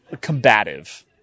combative